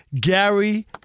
Gary